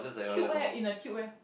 cube eh in a cube eh